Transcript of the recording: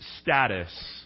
status